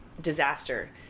disaster